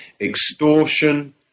extortion